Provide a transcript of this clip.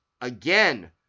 again